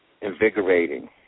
invigorating